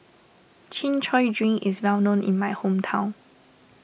Chin Chow Drink is well known in my hometown